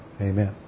Amen